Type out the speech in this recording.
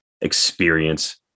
experience